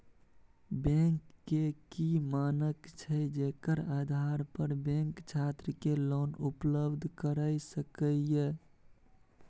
Bank के की मानक छै जेकर आधार पर बैंक छात्र के लोन उपलब्ध करय सके ये?